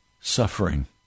Suffering